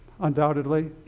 undoubtedly